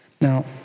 Now